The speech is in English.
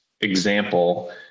example